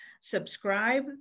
subscribe